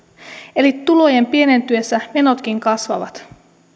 eli tulojen pienentyessä menotkin kasvavat